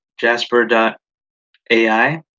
Jasper.ai